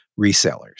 resellers